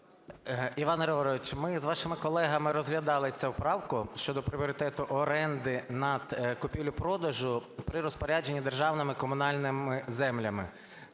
Іван Григорович, ми з вашими колегами розглядали цю правку щодо пріоритету оренди над купівлею-продажем при розпорядженні державними комунальними землями.